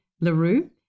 LaRue